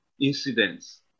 incidents